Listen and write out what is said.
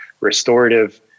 restorative